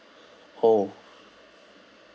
orh